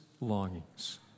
longings